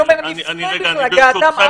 אני אומר, לפני הגעתם ארצה.